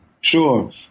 Sure